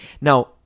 Now